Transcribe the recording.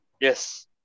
Yes